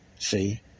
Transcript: see